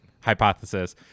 hypothesis